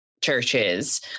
churches